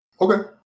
Okay